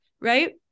right